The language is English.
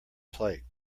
plate